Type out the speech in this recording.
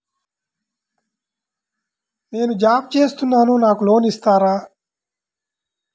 నేను జాబ్ చేస్తున్నాను నాకు లోన్ ఇస్తారా?